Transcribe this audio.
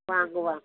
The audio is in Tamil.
வாங்குவோம்